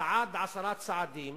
צעד עשרה צעדים